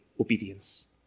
obedience